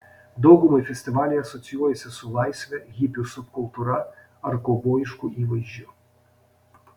daugumai festivaliai asocijuojasi su laisve hipių subkultūra ar kaubojišku įvaizdžiu